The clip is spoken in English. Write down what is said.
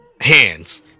hands